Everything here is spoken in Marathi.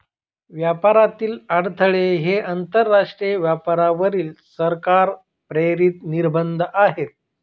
व्यापारातील अडथळे हे आंतरराष्ट्रीय व्यापारावरील सरकार प्रेरित निर्बंध आहेत